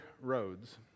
roads